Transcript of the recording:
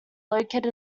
located